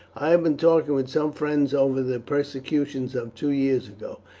i have been talking with some friends over the persecutions of two years ago,